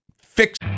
fix